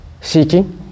seeking